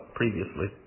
previously